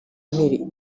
mpiri